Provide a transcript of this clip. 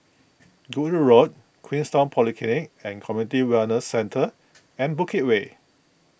Goodwood Road Queenstown Polyclinic and Community Wellness Centre and Bukit Way